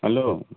hello